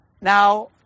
Now